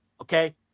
Okay